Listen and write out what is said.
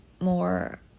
more